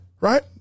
Right